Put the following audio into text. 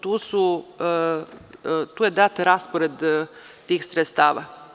Tu je dat raspored tih sredstava.